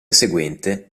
seguente